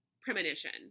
premonition